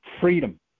freedom